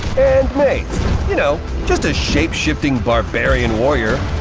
and mave you know, just a shapeshifting barbarian warrior.